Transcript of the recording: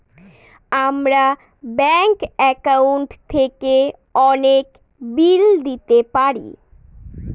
আমরা bank account থেকে অনেক বিল দিতে পারি